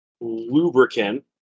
Lubricant